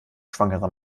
schwangerer